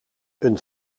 een